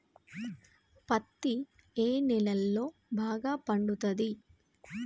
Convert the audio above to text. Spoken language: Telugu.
పత్తి ఏ నేలల్లో బాగా పండుతది?